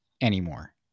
anymore